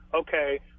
okay